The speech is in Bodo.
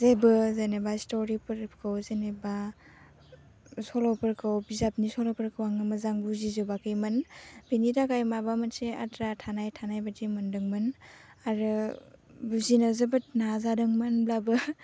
जेबो जेनोबा स्ट'रिफोरखौ जेनेबा सल'फोरखौ बिजाबनि सल'फोरखौ आङो मोजां बुजिजोबाखैमोन बेनि थाखाय माबा मोनसे आद्रा थानाय थानाय बादि मोनदोंमोन आरो बुजिनो जोबोद नाजादोंमोनब्लाबो